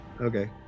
Okay